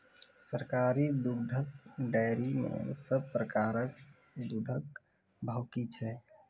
सरकारी दुग्धक डेयरी मे सब प्रकारक दूधक भाव की छै?